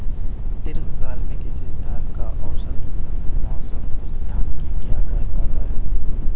दीर्घकाल में किसी स्थान का औसत मौसम उस स्थान की क्या कहलाता है?